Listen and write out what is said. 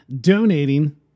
donating